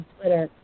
Twitter